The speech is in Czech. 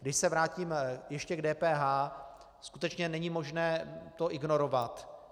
Když se vrátím ještě k DPH, skutečně není možné to ignorovat.